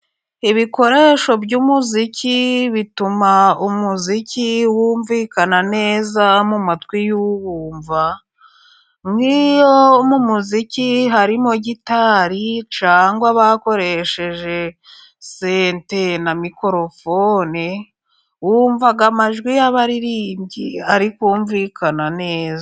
Ibikoresho by'umuziki bituma umuziki wumvikana neza mu matwi y'uwumva; nk'iyo mu muziki harimo gitari cyangwa bakoresheje senti na mikorofone, wumva amajwi y'abaririmbyi ari kumvikana neza.